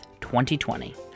2020